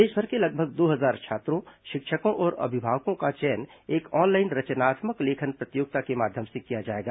देशभर के लगभग दो हजार छात्रों शिक्षकों और अभिभावकों का चयन एक ऑनलाइन रचनात्मक लेखन प्रतियोगिता के माध्यम से किया जायेगा